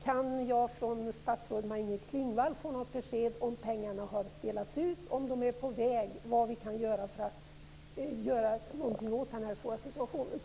Kan jag från statsrådet Maj-Inger Klingvall få något besked om ifall pengarna är på väg och om vad vi kan göra för att göra något åt den svåra situationen?